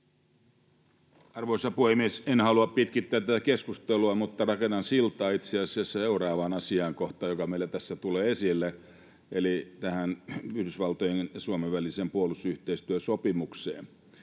Arvoisa puhemies! En halua pitkittää tätä keskustelua, mutta rakennan siltaa itse asiassa seuraavaan asiakohtaan, joka meillä tässä tulee esille, eli tähän Yhdysvaltojen ja Suomen väliseen puolustusyhteistyösopimukseen: